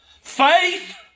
faith